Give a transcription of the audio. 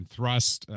Thrust